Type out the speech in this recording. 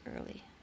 early